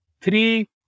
three